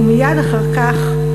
ומייד אחר כך,